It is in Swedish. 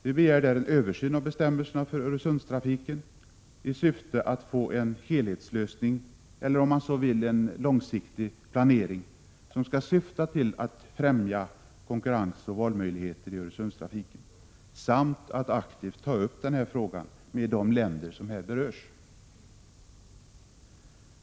Vi begär där en översyn av bestämmelserna för Öresundstrafiken i syfte att få en helhetslösning eller om man så vill en långsiktig planering som skall syfta till att främja konkurrens och valmöjligheter i Öresundstrafiken samt att aktivt ta upp frågan med de länder som berörs.